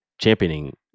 championing